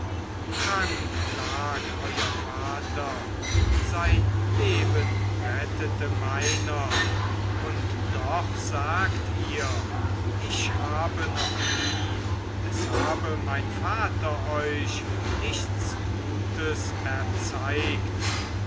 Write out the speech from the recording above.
krank lag euer vater sein leben rettete meiner und doch sagt ihr ich habe noch nie es habe mein vater euch nichts gutes erzeigt